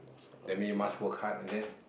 that mean you must work hard is it